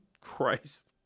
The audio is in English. Christ